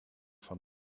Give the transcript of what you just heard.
van